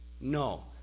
No